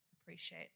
appreciate